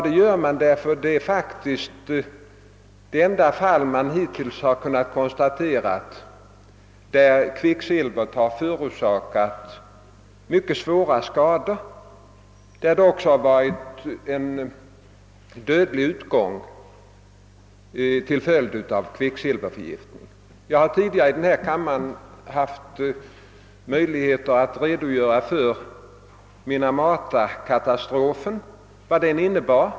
Det gör man därför att dessa avser de enda fall där det hittills har kunnat konstateras att kvicksilverförgiftning har förorsakat mycket svåra skador med dödlig utgång. Jag har tidigare i denna kammare haft tillfälle att redogöra för vad Minamatakatastrofen innebar.